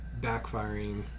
backfiring